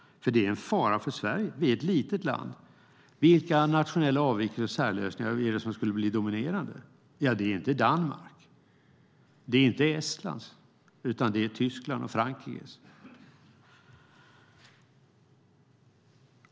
Det är en fara för Sverige. Vi är ett litet land. Vilka nationella avvikelser och särlösningar skulle bli de dominerande? Ja, inte vore det Danmarks och Estlands utan Tysklands och Frankrikes.